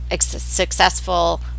successful